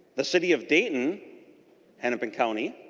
the city of dayton hennepin county